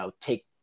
take